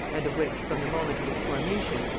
and of which, from the moment of its formation,